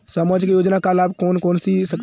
सामाजिक योजना का लाभ कौन कौन ले सकता है?